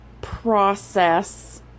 process